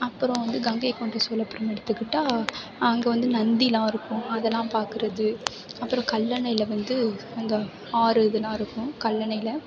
அப்புறம் வந்து கங்கைகொண்ட சோழபுரம் எடுத்துக்கிட்டால் அங்கே வந்து நந்தியெலாம் இருக்கும் அதெலாம் பார்க்குறது அப்புறம் கல்லணையில் வந்து இந்த ஆறு இதெலாம் இருக்கும் கல்லணையில்